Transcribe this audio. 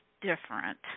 different